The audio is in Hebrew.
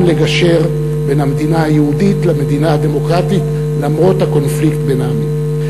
לגשר בין המדינה היהודית למדינה הדמוקרטית למרות הקונפליקט בין העמים.